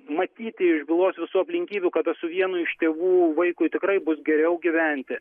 matyti iš bylos visų aplinkybių kada su vienu iš tėvų vaikui tikrai bus geriau gyventi